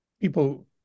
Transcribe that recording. people